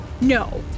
No